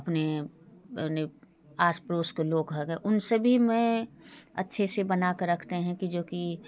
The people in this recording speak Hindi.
अपने आस पास के लोग होंगे उनसे भी मैं अच्छे से बना कर रखते हैं कि जो कि